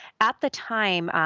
at the time,